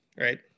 right